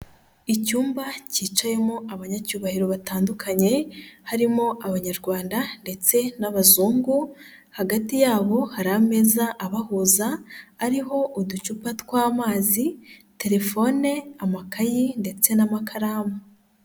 Icyumba kicayemo abanyacyubahiro batandukanye harimo abanyarwanda ndetse n'abazungu hagati yabo hari ameza abahuza, ariho uducupa tw'amazi, telefone, amakayi ndetse n'amakaramu.